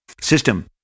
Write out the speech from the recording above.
system